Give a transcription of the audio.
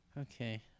Okay